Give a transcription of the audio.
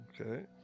Okay